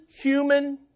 human